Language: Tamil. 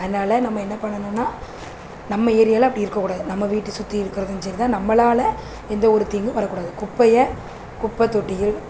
அதனால் நம்ம என்ன பண்ணணும்னா நம்ம ஏரியாவில் அப்படி இருக்கக்கூடாது நம்ம வீட்டை சுற்றி இருக்கிறதும் சரிதான் நம்மளால் எந்த ஒரு தீங்கும் வரக்கூடாது குப்பையை குப்பைத் தொட்டியில்